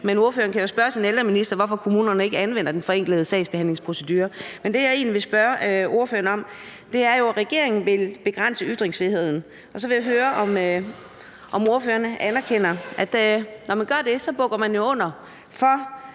Ordføreren kan jo spørge sin ældreminister, hvorfor kommunerne ikke anvender den forenklede sagsbehandlingsprocedure. Men det, jeg egentlig vil spørge ordføreren om, er, at regeringen jo vil begrænse ytringsfriheden. Så vil jeg høre, om ordføreren anerkender, at når man gør det, bukker man under for